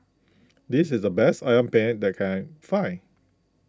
this is the best Ayam Penyet that I can find